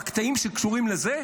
בקטעים שקשורים לזה,